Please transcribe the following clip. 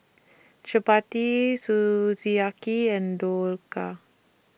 Chapati Sukiyaki and Dhokla